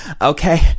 Okay